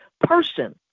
person